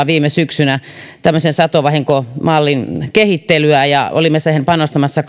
viime syksynä tämmöisen satovahinkomallin kehittelyä ja olimme siihen panostamassa